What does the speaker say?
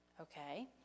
Okay